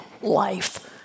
life